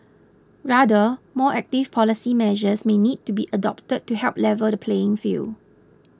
rather more active policy measures may need to be adopted to help level the playing field